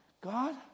God